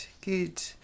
good